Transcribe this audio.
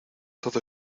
todo